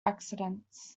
accidents